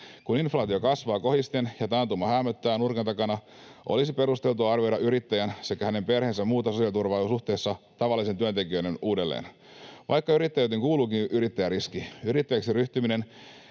Kun inflaatio kasvaa kohisten ja taantuma häämöttää nurkan takana, olisi perusteltua arvioida yrittäjän sekä hänen perheensä muuta sosiaaliturvaa suhteessa tavallisiin työntekijöihin uudelleen. Vaikka yrittäjyyteen kuuluukin yrittäjäriski, yrittäjäksi ryhtymisen